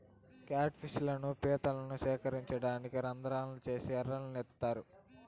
cat fish లను, పీతలను సేకరించడానికి రంద్రాలు చేసి ఎరలను ఏత్తారు